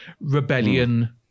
rebellion